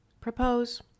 Propose